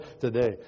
today